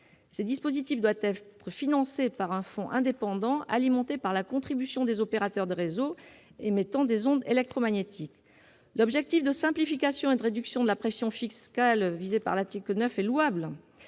Ce dispositif doit être financé par un fonds indépendant alimenté par la contribution des opérateurs de réseau émettant des ondes électromagnétiques. L'objectif de simplification et de réduction de la pression fiscale visé par l'article